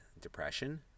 depression